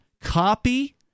copy